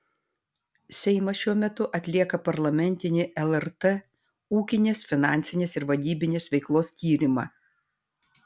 seimas šiuo metu atlieka parlamentinį lrt ūkinės finansinės ir vadybinės veiklos tyrimą